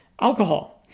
alcohol